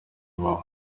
iwawa